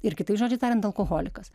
ir kitais žodžiais tariant alkoholikas